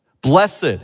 Blessed